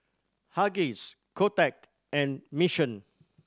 Huggies Kotex and Mission